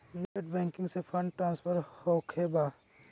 Net banking से fund transfer होखें बा?